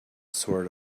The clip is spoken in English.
sort